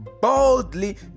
Boldly